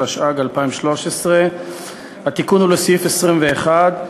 התיקון הוא לסעיף 21,